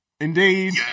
Indeed